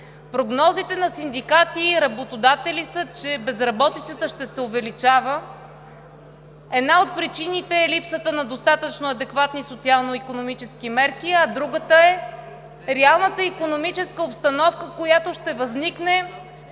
Прогнозите на синдикати и работодатели са, че безработицата ще се увеличава. Една от причините е липсата на достатъчно адекватни социално-икономически мерки, а другата е реалната икономическа обстановка, която ще възникне